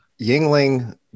Yingling